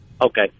Okay